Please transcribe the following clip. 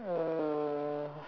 uh